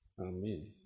Amen